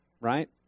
Right